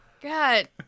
God